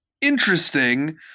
interesting